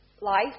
life